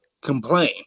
complain